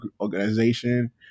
organization